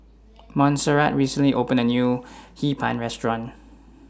Monserrat recently opened A New Hee Pan Restaurant